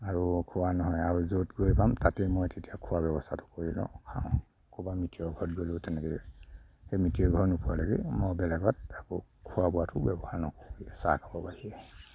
আৰু খোৱা নহয় আৰু য'ত গৈ পাম তাতেই মই তেতিয়া খোৱাৰ ব্যৱস্থাটো কৰি লওঁ খাওঁ ক'ৰবাত মিতিৰৰ ঘৰত গ'লেও তেনেকেই সেই মিতিৰৰ ঘৰত নোপোৱালৈকে মই বেলেগত একো খোৱা বোৱাটো ব্যৱহাৰ নকৰোঁ চাহকাপৰ বাহিৰে